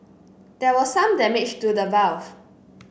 there was some damage to the valve